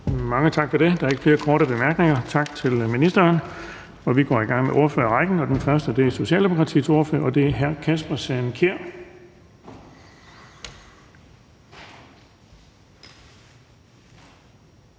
Mange tak for det. Der er ikke flere korte bemærkninger. Tak til ministeren. Vi går i gang med ordførerrækken, og den første er Socialdemokratiets ordfører, hr. Kasper Sand Kjær.